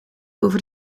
over